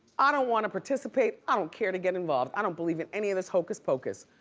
i don't wanna participate. i don't care to get involved. i don't believe in any of this hocus pocus.